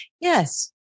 Yes